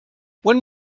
when